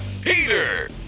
Peter